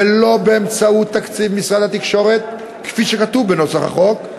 ולא באמצעות תקציב ‏משרד ‏התקשורת‏ כפי ‏שכתוב ‏בנוסח‏ החוק.